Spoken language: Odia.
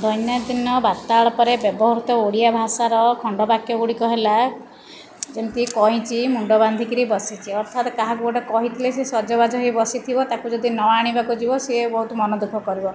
ଦୈନଦିନ ବାର୍ତ୍ତାଳାପରେ ବ୍ୟବହୃତ ଓଡ଼ିଆ ଭାଷାର ଖଣ୍ଡବାକ୍ୟ ଗୁଡ଼ିକ ହେଲା ଯେମିତି କଇଁଚି ମୁଣ୍ଡ ବାନ୍ଧିକିରି ବସିଛି ଅର୍ଥାତ କାହାକୁ ଗୋଟିଏ କହିଥିଲେ ସେ ସଜବାଜ ହୋଇ ବସିଥିବ ତାକୁ ଯଦି ନ ଆଣିବାକୁ ଯିବ ସେ ବହୁତ ମନ ଦୁଃଖ କରିବ